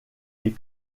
des